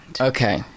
Okay